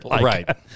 Right